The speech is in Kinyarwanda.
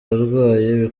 ararwaye